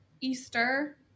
Easter